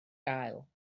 gael